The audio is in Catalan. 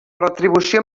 retribució